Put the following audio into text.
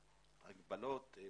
ההגבלות.